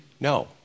No